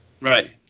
right